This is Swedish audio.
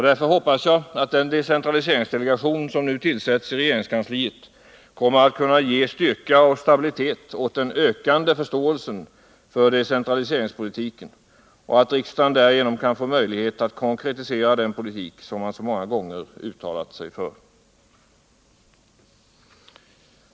Därför hoppas jag att den decentraliseringsdelegation som nu tillsätts i regeringskansliet kommer att kunna ge styrka och stabilitet åt den ökande förståelsen för decentraliseringspolitiken och att riksdagen därigenom kan få möjlighet att konkretisera den politik som man så många gånger uttalat sig för.